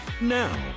now